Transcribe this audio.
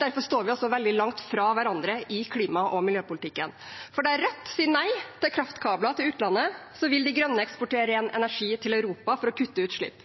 derfor står vi også veldig langt fra hverandre i klima- og miljøpolitikken. For der Rødt sier nei til kraftkabler til utlandet, vil De Grønne eksportere ren energi til Europa for å kutte utslipp.